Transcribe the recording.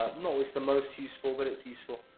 um always the most useful, but it's useful.